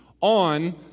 on